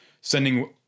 sending